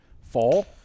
fall